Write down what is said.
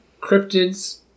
Cryptids